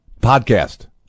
Podcast